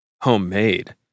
homemade